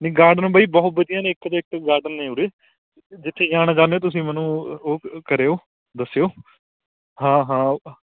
ਨਹੀਂ ਗਾਰਡਨ ਬਾਈ ਬਹੁਤ ਵਧੀਆ ਨੇ ਇੱਕ ਤੋਂ ਇੱਕ ਗਾਰਡਨ ਨੇ ਉਰੇ ਜਿੱਥੇ ਜਾਣਾ ਚਾਹੁੰਦੇ ਹੋ ਤੁਸੀਂ ਮੈਨੂੰ ਉਹ ਕਰਿਓ ਦੱਸਿਓ ਹਾਂ ਹਾਂ